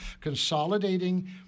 consolidating